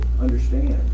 understand